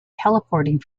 teleporting